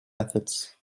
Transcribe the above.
methods